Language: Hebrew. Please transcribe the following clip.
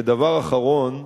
ודבר אחרון,